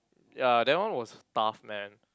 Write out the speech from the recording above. ya that one was tough man